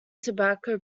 tobacco